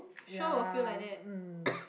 yeah um